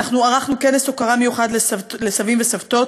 ערכנו כנס הוקרה מיוחד לסבים וסבתות,